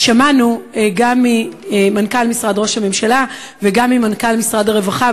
אז שמענו גם ממנכ"ל משרד ראש הממשלה וגם ממנכ"ל משרד הרווחה,